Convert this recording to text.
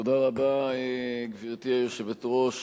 גברתי היושבת-ראש,